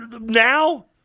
Now